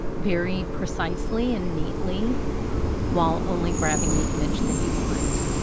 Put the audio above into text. very precisely and neatly while only grabbing the image that you want.